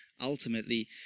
ultimately